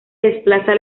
desplaza